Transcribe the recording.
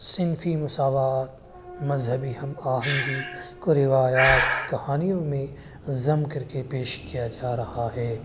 صنفی مساوات مذہبی ہم آہنگی کو روایات کہانیوں میں ضم کر کے پیش کیا جا رہا ہے